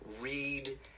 read